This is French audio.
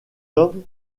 homme